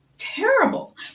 terrible